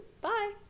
bye